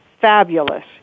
fabulous